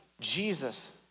Jesus